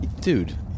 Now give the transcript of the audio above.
Dude